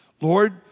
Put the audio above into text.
Lord